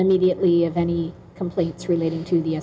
in mediately of any complaints relating to the